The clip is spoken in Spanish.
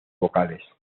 vocales